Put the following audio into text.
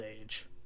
age